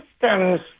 systems